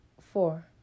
Four